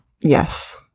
Yes